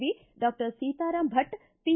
V doctor Sitaram Bhat P